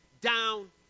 down